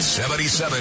77